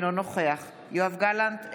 אינו נוכח יואב גלנט,